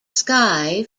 sky